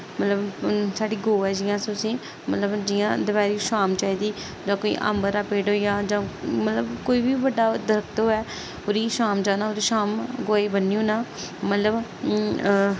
मतलब साढ़ी गौ ऐ जियां अस उसी मतलब जियां दपैह्री छां चाहिदी जां कोई अम्बा दा पेड़ होई गेआ जां मतलब कोई बी बड्डा दरख्त होऐ ओह्दी छां च जाना होऐ ते छां गवै गी ब'न्नी ओड़ना मतलब